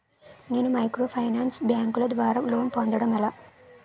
నేను మైక్రోఫైనాన్స్ బ్యాంకుల ద్వారా లోన్ పొందడం ఎలా?